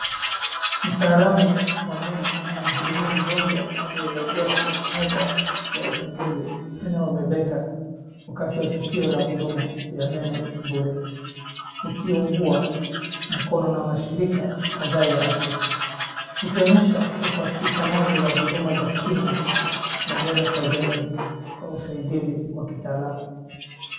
Mtaalamu wa meno anamhudumia mgonjwa aliyelegea kwenye meza ya uchunguzi inayobebeka, wakati ya tukio la huduma, ya meno bure. Ikiungwa mkono na mashirika kadhaa ya afya, ikionyesha huduma za upatikanaji wa kinywa, na meno kwa jamii, kwa usaidizi wa kitaalamu.